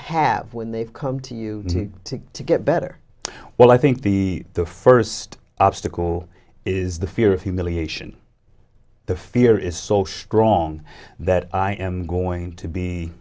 have when they've come to you to to get better well i think the first obstacle is the fear of humiliation the fear is so srong that i am going to be